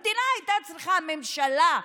המדינה, הממשלה,